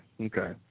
okay